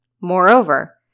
Moreover